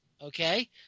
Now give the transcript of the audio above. Okay